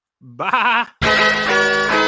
Bye